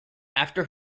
after